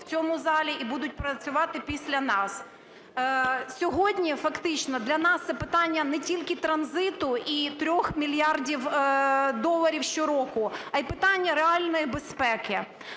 в цьому залі і будуть працювати після нас. Сьогодні фактично для нас це питання не тільки транзиту і 3 мільярдів доларів щороку, а і питання реальної безпеки.